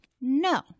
No